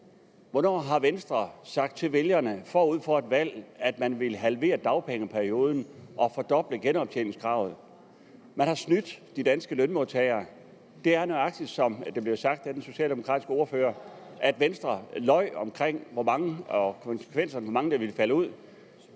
Hvornår har Venstre sagt til vælgerne forud for et valg, at man ville halvere dagpengeperioden og fordoble genoptjeningskravet? Man har snydt de danske lønmodtagere. Det er, nøjagtig som det bliver sagt af den socialdemokratiske ordfører, nemlig sådan, at Venstre løj om konsekvenserne og om, hvor mange der ville falde ud.